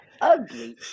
ugly